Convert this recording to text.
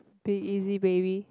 big easy baby